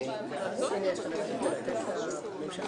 בוקר